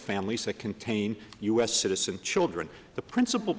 families that contain u s citizen children the principal